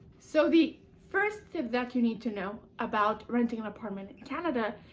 so, the first tip that you need to know about renting an apartment canada,